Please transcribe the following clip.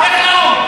לך לאו"ם.